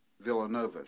Villanova